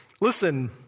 listen